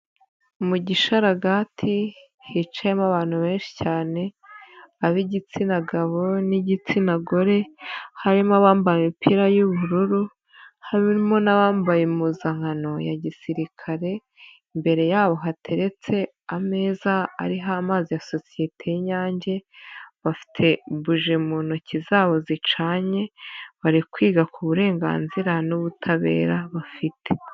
Mu gishararagati hicayemo abantu benshi cyane ab'igitsina gabo n'igitsina gore. Harimo abambaye imipira y'ubururu, harimo n'abambaye impuzankano ya gisirikare. Imbere yaho hateretse ameza ariho amazi ya sosiyete y'inyange. Bafite buji mu ntoki zabo zicanye, bari kwiga ku burenganzira n'ubutabera bafite.